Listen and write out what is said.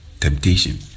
temptation